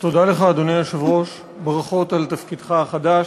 תודה לך, אדוני היושב-ראש, ברכות על תפקידך החדש,